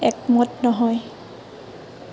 একমত নহয়